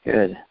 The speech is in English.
Good